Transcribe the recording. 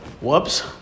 whoops